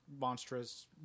monstrous